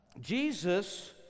Jesus